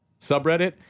subreddit